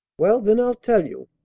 well, then i'll tell you.